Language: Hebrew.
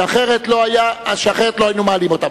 כי אחרת לא היינו מעלים אותן.